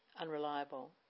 unreliable